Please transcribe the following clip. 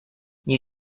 you